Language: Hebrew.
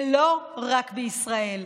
ולא רק בישראל.